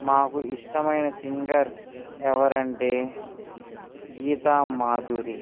మాకు ఇష్టమైన సింగర్ ఎవరంటే గీతా మాధురి